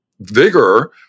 vigor